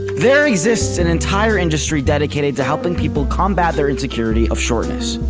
there exists an entire industry dedicated to helping people combat their insecurities of shortness.